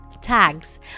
tags